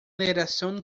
relación